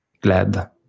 glad